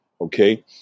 okay